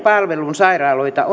sairaaloita